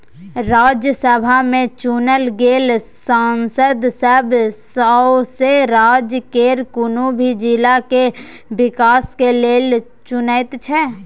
राज्यसभा में चुनल गेल सांसद सब सौसें राज्य केर कुनु भी जिला के विकास के लेल चुनैत छै